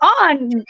on